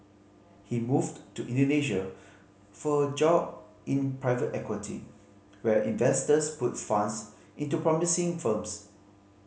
he moved to Indonesia for a job in private equity where investors put funds into promising firms